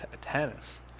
tennis –